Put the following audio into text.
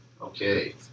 Okay